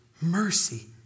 mercy